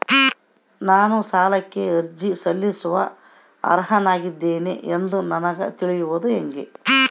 ನಾನು ಸಾಲಕ್ಕೆ ಅರ್ಜಿ ಸಲ್ಲಿಸಲು ಅರ್ಹನಾಗಿದ್ದೇನೆ ಎಂದು ನನಗ ತಿಳಿಯುವುದು ಹೆಂಗ?